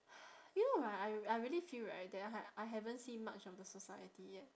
you know right I I really feel right that I ha~ I haven't seen much of the society yet